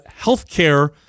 healthcare